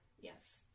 Yes